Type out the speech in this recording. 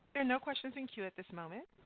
are no questions in-queue at this moment.